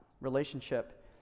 relationship